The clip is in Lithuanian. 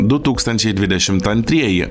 du tūkstančiai dvidešimt antrieji